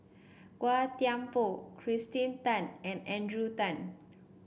Gan Thiam Poh Kirsten Tan and Adrian Tan